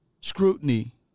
scrutiny